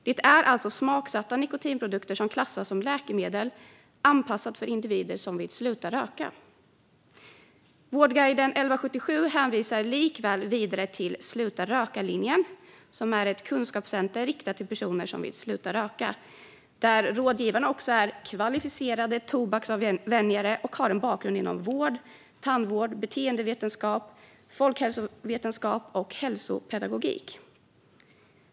Det är alltså smaksatta nikotinprodukter som klassas som läkemedel anpassade för individer som vill sluta röka. Vårdguiden 1177 hänvisar likväl vidare till Sluta-röka-linjen, som är ett kunskapscentrum riktat till personer som vill sluta röka. Där är rådgivarna kvalificerade tobaksavvänjare och har en bakgrund inom vård, tandvård, beteendevetenskap, folkhälsovetenskap och hälsopedagogik.